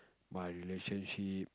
my relationship